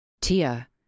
Tia